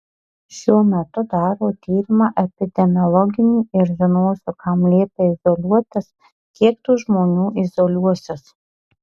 šiuo metu daro tyrimą epidemiologinį ir žinosiu kam liepia izoliuotis kiek tų žmonių izoliuosis